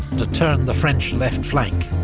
to turn the french left flank.